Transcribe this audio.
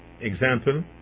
example